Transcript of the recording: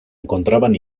encontraban